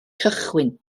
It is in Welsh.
cychwyn